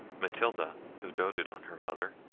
matilda, who doted on her mother,